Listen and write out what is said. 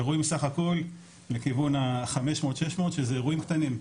אירועים סך הכל לכיוון ה-500-600 שזה אירועים קטנים,